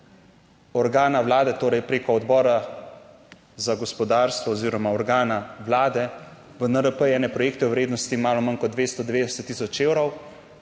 organa Vlade, torej preko Odbora za gospodarstvo oziroma organa Vlade v NRP, ene projekte v vrednosti malo manj kot 290 tisoč evrov.